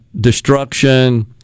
destruction